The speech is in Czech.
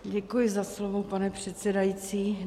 Děkuji za slovo, pane předsedající.